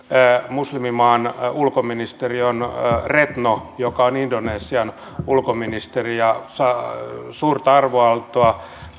muslimimaan ulkoministeri on retno joka on indonesian ulkoministeri ja nauttii suurta arvonantoa